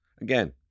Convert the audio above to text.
Again